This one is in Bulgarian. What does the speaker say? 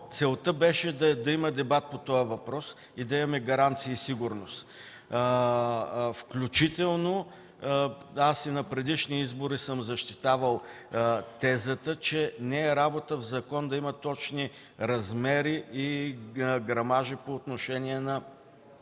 целта беше да има дебат по този въпрос и да имаме гаранции и сигурност. Включително и на предишни избори съм защитавал тезата, че не е работа в закон да има точни размери и грамажи по отношение на